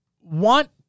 want